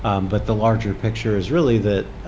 but the larger picture is really that